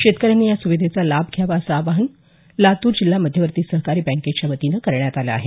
शेतकऱ्यांनी या सुविधेचा लाभ घ्यावा असं आवाहन लातूर जिल्हा मध्यवर्ती सहकारी बँकेच्यावतीनं करण्यात आलं आहे